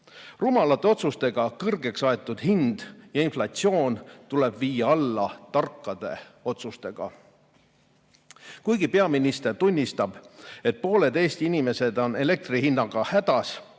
Rumalate otsustega kõrgeks aetud hind ja inflatsioon tuleb viia alla tarkade otsustega. Kuigi peaminister tunnistab, et pooled Eesti inimesed on elektri hinnaga hädas,